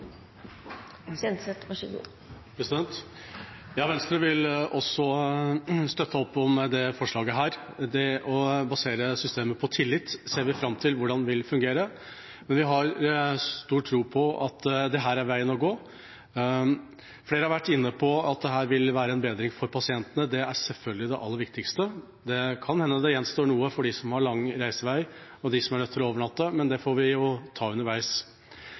forslaget. Det å basere systemet på tillit ser vi fram til hvordan vil fungere, men vi har stor tro på at dette er veien å gå. Flere har vært inne på at dette vil være en bedring for pasientene. Det er selvfølgelig det aller viktigste. Det kan hende det gjenstår noe for dem som har lang reisevei, og dem som er nødt til å overnatte, men det får vi ta underveis.